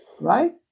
right